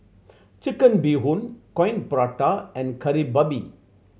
Chicken Bee Hoon Coin Prata and Kari Babi